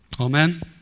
Amen